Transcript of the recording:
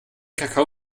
kakao